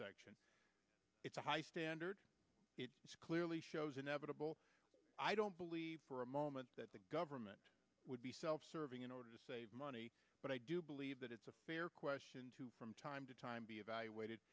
subsection it's a high standard it clearly shows inevitable i don't believe for a moment that the government would be self serving in order to save money but i do believe that it's a fair question to from time to time be evaluated